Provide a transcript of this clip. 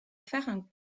faire